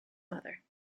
mother